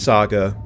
Saga